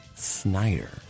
snyder